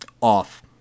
off